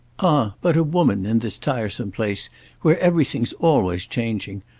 ah but a woman, in this tiresome place where everything's always changing,